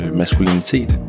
maskulinitet